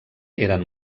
eren